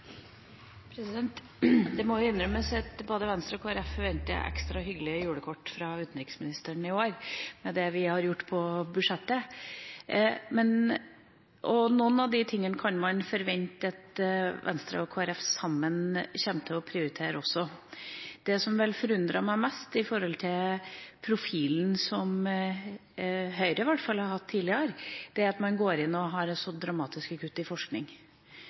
Det må innrømmes at både Venstre og Kristelig Folkeparti forventer et ekstra hyggelig julekort fra utenriksministeren i år med det vi har gjort på budsjettet. Noen av de tingene kan man forvente at Venstre og Kristelig Folkeparti sammen kommer til å prioritere også. Det som vel forundret meg mest i forhold til profilen som Høyre i hvert fall har hatt tidligere, er at man har så dramatiske kutt i forskning.